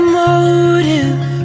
motive